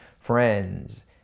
friends